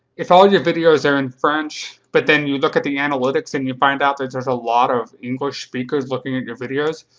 if all your videos are in french but then you look at the analytics and you find out that there's a lot of english speakers looking at your videos,